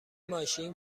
ماشین